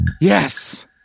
Yes